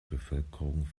bevölkerung